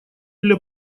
для